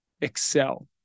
excel